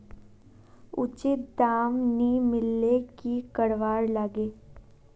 उचित दाम नि मिलले की करवार लगे?